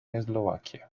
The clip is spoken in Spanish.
eslovaquia